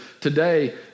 today